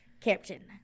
Captain